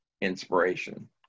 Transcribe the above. inspiration